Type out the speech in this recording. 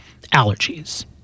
allergies